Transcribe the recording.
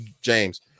James